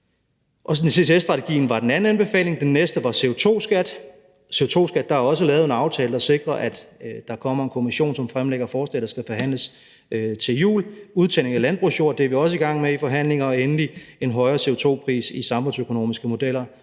ganske kort – altså den anden anbefaling. Den næste var CO2-skat; der er også lavet en aftale, der sikrer, at der kommer en kommission, som fremlægger forslag, der skal forhandles til jul. Udtagning af landbrugsjord er vi også i gang med i forhandlinger. Og endelig er en højere CO2-pris i samfundsøkonomiske modeller